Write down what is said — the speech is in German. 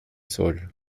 soll